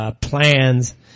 plans